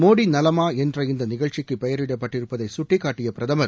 மோடி நலமா என்ற இந்த நிகழ்ச்சிக்கு பெயரிடப்பட்டிருப்பதை குட்டிக்காட்டிய பிரதமர்